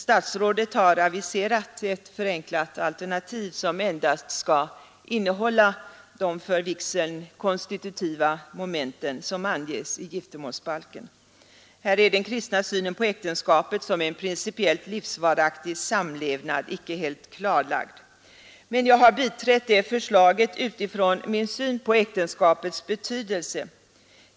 Statsrådet har aviserat ett förenklat alternativ som endast skall innehålla de för vigseln konstitutiva momenten som anges i giftermålsbalken. Här är den kristna synen på äktenskapet som en principiellt livsvaraktig samlevnad icke helt klarlagd. Men jag har biträtt det förslaget utifrån min syn på äktenskapets betydelse.